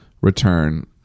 return